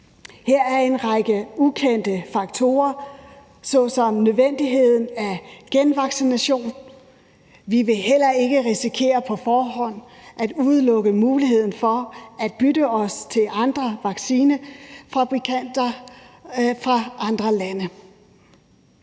Her er en række ukendte faktorer såsom nødvendigheden af genvaccination. Vi vil heller ikke risikere på forhånd at udelukke muligheden for at bytte os til andre vacciner fra fabrikanter fra andre lande.